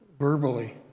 verbally